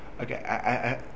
Okay